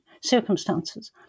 circumstances